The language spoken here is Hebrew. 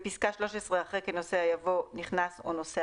(2) בפסקה (13) אחרי "כנוסע" יבוא "נכנס או נוסע